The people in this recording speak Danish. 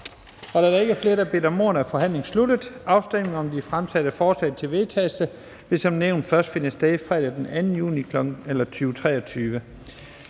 Da der ikke er flere, der har bedt om ordet, er forhandlingen sluttet. Afstemning om de fremsatte forslag til vedtagelse vil som nævnt først finde sted fredag den 2. juni 2023.